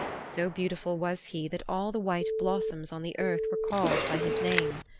so beautiful was he that all the white blossoms on the earth were called by his name.